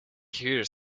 here